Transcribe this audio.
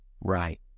right